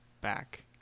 back